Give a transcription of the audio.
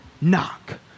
knock